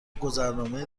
گذرنامه